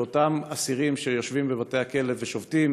אותם אסירים שיושבים בבתי-הכלא ושובתים,